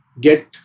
get